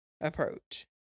approach